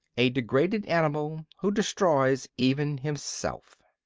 a degraded animal who destroys even himself.